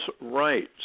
rights